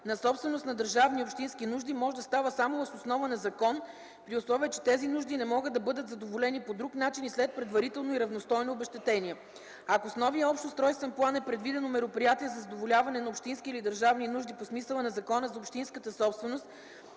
на собственост за държавни и общински нужди може да става само въз основа на закон при условие, че тези нужди не могат да бъдат задоволени по друг начин и след предварително и равностойно обезщетение”. Ако в новия общ устройствен план е предвидено мероприятие за задоволяване на общински или държавни нужди по смисъла на Закона за общинската собственост